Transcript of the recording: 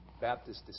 Baptist